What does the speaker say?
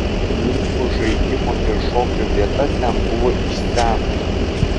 nimfų žaidimo ir šokio vieta ten buvo iš seno